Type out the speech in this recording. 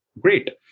Great